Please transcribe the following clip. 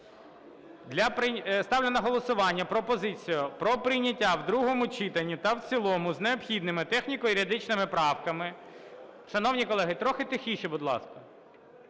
Ставлю на голосування пропозицію про прийняття в другому читанні та в цілому з необхідними техніко-юридичними правками… Шановні колеги! Трохи тихіше, будь ласка.